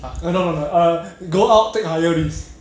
err no no no err go out take higher risk